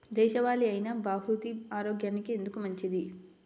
దేశవాలి అయినా బహ్రూతి ఆరోగ్యానికి ఎందుకు మంచిది?